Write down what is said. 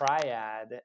triad